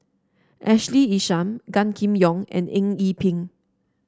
Ashley Isham Gan Kim Yong and Eng Yee Peng